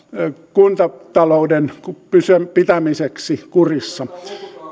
kuntatalouden pitämiseksi kurissa